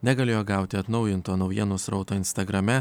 negalėjo gauti atnaujinto naujienų srauto instagrame